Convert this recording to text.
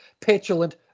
petulant